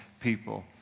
people